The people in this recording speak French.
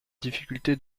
difficulté